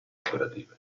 operative